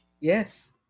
Yes